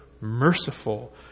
merciful